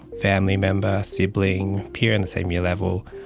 family member, sibling, peer in the same year level.